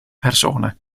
persona